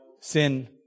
sin